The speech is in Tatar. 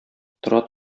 тора